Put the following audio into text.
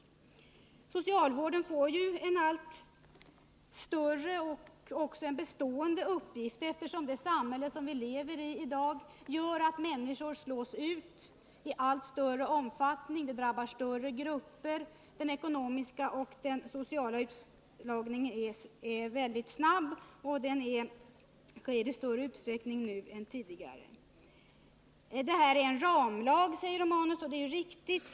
Socialvården får ju en allt större och mera bestående uppgift, eftersom det samhälle som vi lever i i dag gör att människor slås ut i allt vidare omfattning. Den ekonomiska och sociala utslagningen är snabb och drabbar större grupper nu än tidigare. Det här är en ramlag, säger Gabriel Romanus, och det är riktigt.